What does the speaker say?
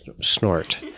Snort